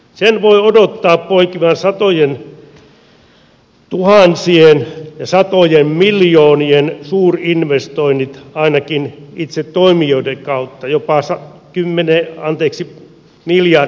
sen voi odottaa poikivan satojentuhansien satojen miljoonien suurinvestoinnit ainakin itse toimijoiden kautta jopa miljardiin euroon saakka